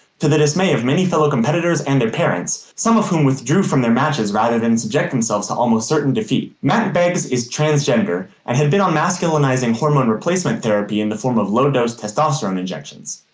to the dismay of many fellow competitors and their parents, some of whom withdrew from their matches rather than subject themselves to almost certain defeat. mack beggs is transgender, and had been on masculinizing hormone replacement therapy in the form of low-dose testosterone injections.